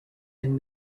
than